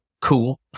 cool